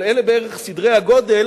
אבל אלה בערך סדרי הגודל,